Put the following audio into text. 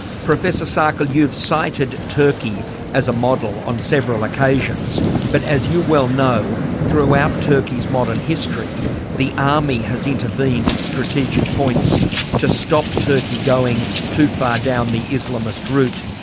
professor saikal you've cited turkey as a model on several occasions but as you well know throughout turkey's modern history the army has intervened at strategic points to stop turkey going too far down the islamist route.